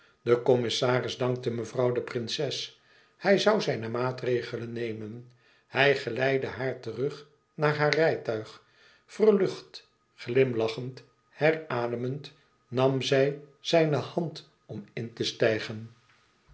de commissaris dankte mevrouw de prinses hij zoû zijne maatregelen nemen hij geleidde haar terug naar haar rijtuig verlucht glimlachend herademend nam zij zijne hand om in te stijgen